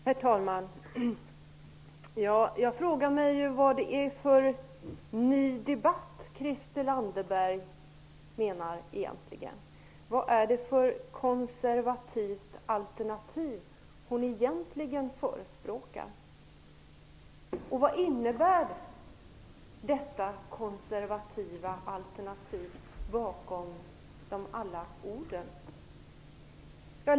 Herr talman! Jag frågar mig vad det är för ny debatt Christel Anderberg menar. Vad är det för konservativt alternativ som hon egentligen förespråkar? Vad innebär detta konservativa alternativ bakom de många orden?